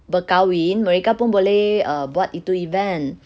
berkahwin mereka pun boleh err buat itu event